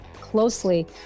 closely